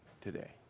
today